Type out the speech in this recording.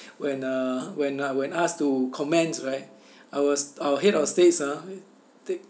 when uh when uh when asked to comment right our our head of states ah they